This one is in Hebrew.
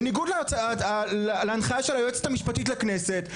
בניגוד להנחיית היועצת המשפטית לכנסת.